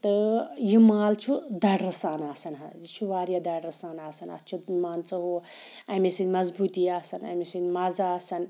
تہٕ یہِ مال چھُ دَریرٕ سان آسان حظ یہِ چھُ واریاہ دَریرٕ سان آسان اتھ چھُ مان ژٕ امے سۭتۍ مَضبوٗطی آسَان امے سۭتۍ مَزٕ آسَان